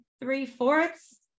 three-fourths